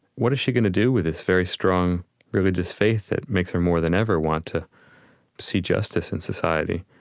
what is she going to do with this very strong religious faith that makes her more than ever want to see justice in society?